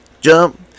jump